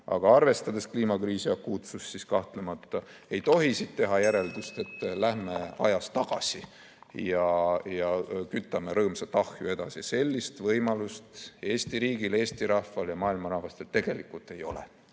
Aga arvestades kliimakriisi akuutsust, kahtlemata ei tohi siit teha järeldust, et lähme ajas tagasi ja kütame rõõmsalt ahju edasi. Sellist võimalust Eesti riigil, Eesti rahval ja maailma rahvastel tegelikult ei ole.